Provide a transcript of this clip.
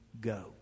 go